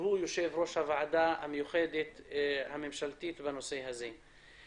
שהוא יושב-ראש הוועדה המיוחדת הממשלתית בנושא הזה.